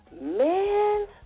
Man